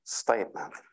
statement